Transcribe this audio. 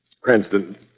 Cranston